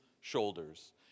shoulders